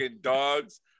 dogs